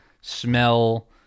smell